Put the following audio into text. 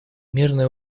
мирное